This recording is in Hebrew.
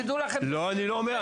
תדעו לכם -- אני לא אומר.